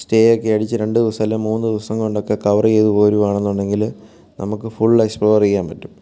stay ഒക്കെ അടിച്ച് രണ്ട് ദിവസം അല്ലെങ്കിൽ മൂന്ന് ദിവസം കൊണ്ടൊക്കെ കവർ ചെയ്ത് പോരുകയാണെന്നുണ്ടെങ്കിൽ നമുക്ക് ഫുള്ള് എക്സ്പ്ലോർ ചെയ്യാൻ പറ്റും